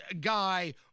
guy